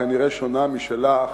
כנראה שונה משלך,